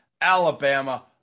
Alabama